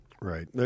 Right